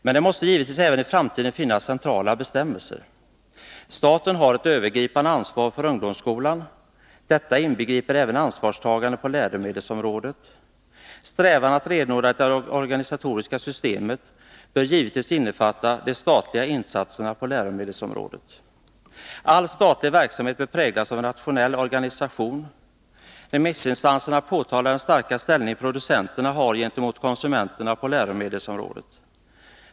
Men givetvis måste det även i framtiden finnas centrala bestämmelser. Staten har ett övergripande ansvar för ungdomsskolan. Detta inbegriper även ansvarstagande på läromedelsområdet. Strävan att renodla det organisatoriska systemet bör självfallet innefatta de statliga insatserna på läromedelsområdet. All statlig verksamhet bör präglas av en rationell organisation. Remissinstanserna har påtalat den starka ställning som producenterna har gentemot konsumenterna på läromedelsområdet.